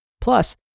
Plus